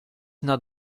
not